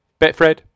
Betfred